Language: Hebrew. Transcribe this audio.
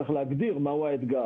צריך להגדיר מה הוא האתגר.